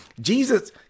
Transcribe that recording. Jesus